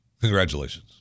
Congratulations